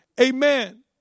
amen